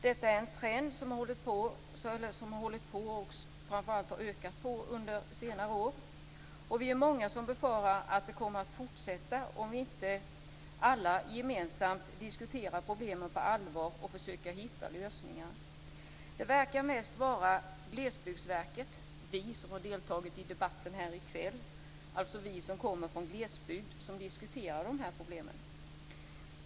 Detta är en trend som har pågått, och framför allt ökat, under senare år. Vi är många som befarar att det kommer att fortsätta om vi inte alla gemensamt diskuterar problemen på allvar och försöker hitta lösningar. Det verkar mest vara Glesbygdsverket och vi som har deltagit i debatten här i kväll, dvs. vi som kommer från glesbygden, som diskuterar de här problemen.